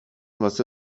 واسه